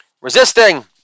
Resisting